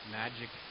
magic